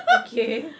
okay